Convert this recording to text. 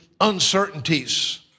uncertainties